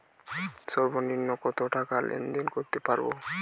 সর্বনিম্ন কত টাকা লেনদেন করতে পারবো?